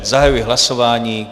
Zahajuji hlasování.